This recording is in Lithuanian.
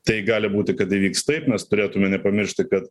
tai gali būti kad įvyks taip mes turėtume nepamiršti kad